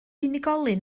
unigolyn